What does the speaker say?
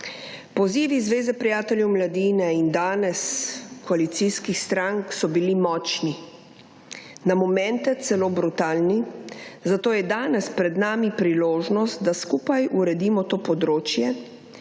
Pozivi zveze prijateljev mladine in danes koalicijskih strank, so bili močni. Na momente celo brutalni, zato je danes pred nami priložnost, da skupaj uredimo to področje,